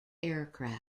aircraft